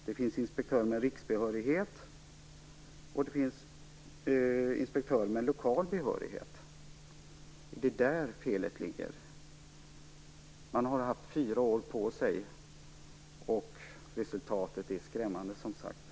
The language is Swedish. Det finns inspektörer med riksbehörighet och inspektörer med lokal behörighet. Är det där felet ligger? Man har haft fyra år på sig, och resultatet är som sagt skrämmande.